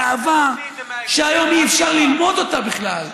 באהבה שהיום אי-אפשר ללמוד אותה בכלל,